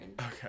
Okay